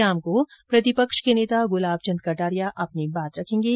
शाम को प्रतिपक्ष के नेता गुलाब चंद कटारिया अपनी बात रखेंगे